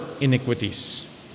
iniquities